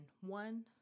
one